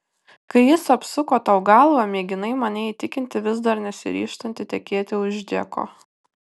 kai jis apsuko tau galvą mėginai mane įtikinti vis dar nesiryžtanti tekėti už džeko